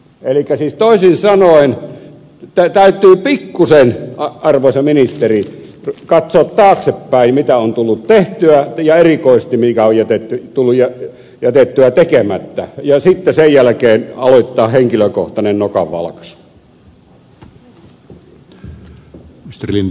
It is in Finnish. elikkä siis toisin sanoen täytyy pikkuisen arvoisa ministeri katsoa taaksepäin mitä on tullut tehtyä ja erikoisesti mikä on tullut jätettyä tekemättä ja sitten sen jälkeen aloittaa henkilökohtainen nokanvalkaisu